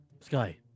sky